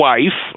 Wife